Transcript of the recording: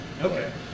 Okay